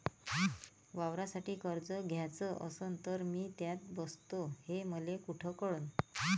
वावरासाठी कर्ज घ्याचं असन तर मी त्यात बसतो हे मले कुठ कळन?